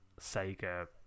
Sega